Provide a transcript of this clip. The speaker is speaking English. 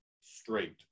straight